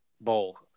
bowl